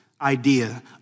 idea